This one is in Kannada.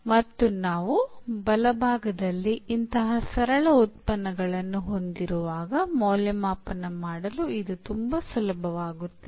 ಮತ್ತು ನಾವು ಬಲಭಾಗದಲ್ಲಿ ಇಂತಹ ಸರಳ ಉತ್ಪನ್ನಗಳನ್ನು ಹೊಂದಿರುವಾಗ ಮೌಲ್ಯಮಾಪನ ಮಾಡಲು ಇದು ತುಂಬಾ ಸುಲಭವಾಗುತ್ತದೆ